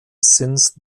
since